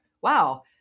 wow